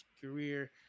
career